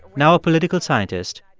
now a political scientist,